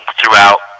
Throughout